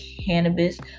cannabis